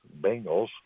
Bengals